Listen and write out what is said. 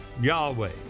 Yahweh